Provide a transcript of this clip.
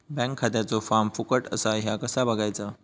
Bank खात्याचो form फुकट असा ह्या कसा बगायचा?